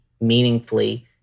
meaningfully